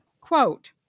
Quote